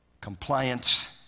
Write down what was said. Compliance